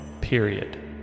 period